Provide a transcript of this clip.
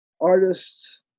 artists